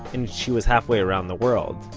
and she was halfway around the world,